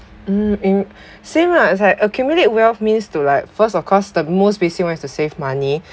um mm same lah is like accumulate wealth means to like first of course the most basic one is to save money